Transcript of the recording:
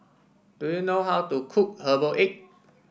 do you know how to cook Herbal Egg